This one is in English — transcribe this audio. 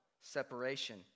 separation